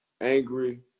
angry